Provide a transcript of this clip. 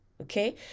Okay